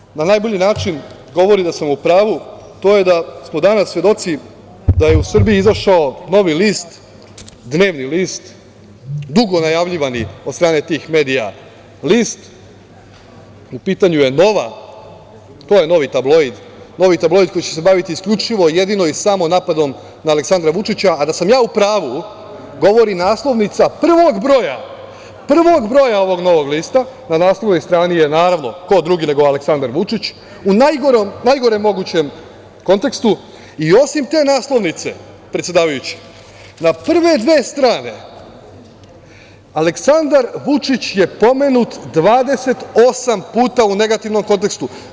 Ono što na najbolji način govori da sam u pravu to je da smo danas svedoci da je u Srbiji izašao novi list, dnevni list, dugo najavljivani od strane tih medija, list, u pitanju je „Nova“, to je novi tabloid koji će se baviti isključivo i jedino, i samo, napadom na Aleksandra Vučića, a da sam ja u pravu, govori naslovnica prvog broja, prvog broja ovog novog lista, na naslovnoj strani je naravno, ko drugi, nego Aleksandar Vučić, u najgorem mogućem kontekstu, i osim te naslovnice predsedavajući, na prve dve strane Aleksandar Vučić je pomenut 28 puta u negativnom kontekstu.